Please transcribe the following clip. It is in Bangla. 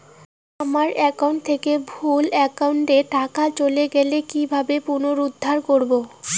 আমার একাউন্ট থেকে ভুল একাউন্টে টাকা চলে গেছে কি করে পুনরুদ্ধার করবো?